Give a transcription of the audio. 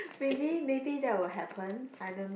really maybe that will happen I don't know